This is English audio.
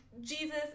Jesus